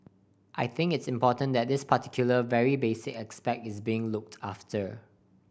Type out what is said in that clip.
I think it's important that this particular very basic aspect is being looked after